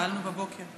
שאלנו בבוקר.